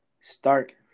start